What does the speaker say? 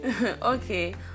Okay